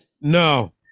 No